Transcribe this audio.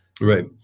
Right